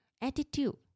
attitude